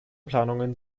planungen